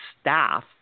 staff